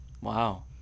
Wow